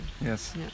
Yes